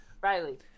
Riley